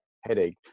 headache